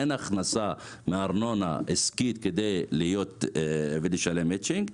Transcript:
אין הכנסה מארנונה עסקית כדי לשלם מצ'ינג,